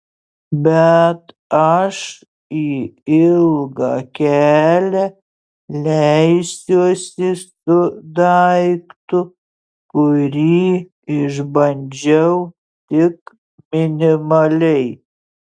bet aš į ilgą kelią leisiuosi su daiktu kurį išbandžiau tik minimaliai